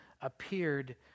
appeared